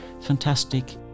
fantastic